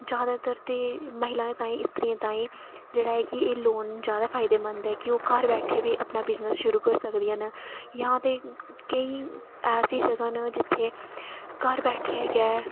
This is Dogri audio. जादैतर ते महिलाएं ताईं स्त्रियें ताईं जेह्ड़ा कि एह् लोन जादै फायदेमंद ऐ क्योंकि ओह् घर बैठियै बी अपना बिज़नेस शुरू करी सकदियां न जां ते केईं ऐसी जगहां न जित्थै घर बैठियै गै